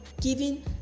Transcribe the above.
giving